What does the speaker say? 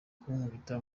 kunkubita